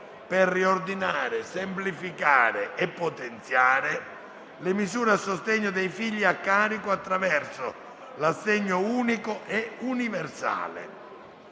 a riordinare, semplificare e potenziare le misure a sostegno dei figli a carico attraverso l'assegno unico e universale,